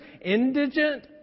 indigent